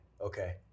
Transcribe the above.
Okay